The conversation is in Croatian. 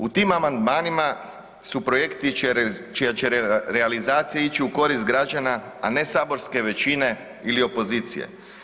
U tim amandmanima su projekti čija će realizacija ići u korist građana, a ne saborske većine ili opozicije.